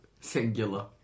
Singular